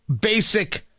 basic